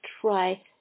try